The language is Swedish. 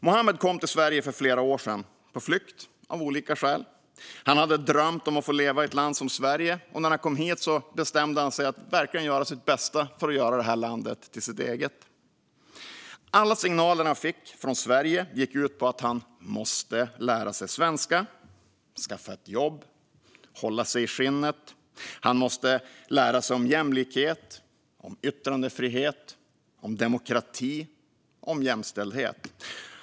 Muhammed kom till Sverige för flera år sedan, på flykt av olika skäl. Han hade drömt om att få leva i ett land som Sverige, och när han kom hit bestämde han sig för att verkligen göra sitt bästa för att göra det här landet till sitt eget. Alla signaler han fick från Sverige gick ut på att han måste lära sig svenska, skaffa ett jobb och hålla sig i skinnet. Han måste lära sig om jämlikhet, om yttrandefrihet, om demokrati och om jämställdhet.